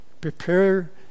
prepare